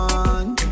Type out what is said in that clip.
one